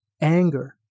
Anger